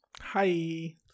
Hi